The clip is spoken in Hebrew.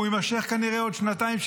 והוא יימשך כנראה עוד שנתיים,